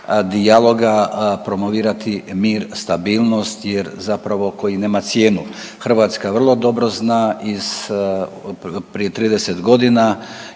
dijaloga, promovirati mir, stabilnost jer zapravo koji nema cijenu. Hrvatska vrlo dobro zna iz prije 30 godina